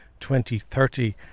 2030